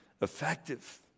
effective